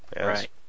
Right